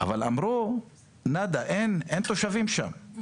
אבל אמרו "נאדה", אין תושבים שם,